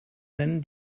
nennen